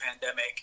pandemic